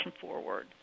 forward